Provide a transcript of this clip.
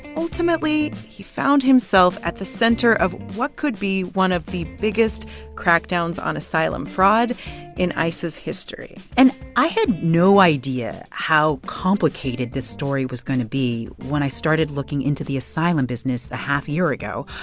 ultimately, he found himself at the center of what could be one of the biggest crackdowns on asylum fraud in ice's history and i had no idea how complicated this story was going to be when i started looking into the asylum business a half-year ago.